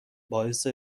باعث